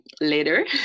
later